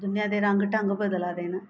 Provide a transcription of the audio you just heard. दूनियां दे रंग ढंग बदला दे न